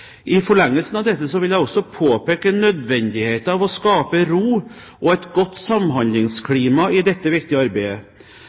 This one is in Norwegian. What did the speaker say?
I forlengelsen av dette vil jeg også påpeke nødvendigheten av å skape ro og et godt